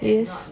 yes